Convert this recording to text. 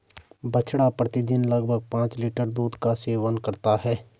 बछड़ा प्रतिदिन लगभग पांच लीटर दूध का सेवन करता है